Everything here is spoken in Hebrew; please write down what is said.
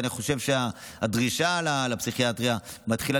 ואני חושב שהדרישה לפסיכיאטריה מתחילה